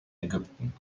ägypten